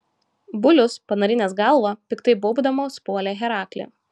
bulius panarinęs galvą piktai baubdamas puolė heraklį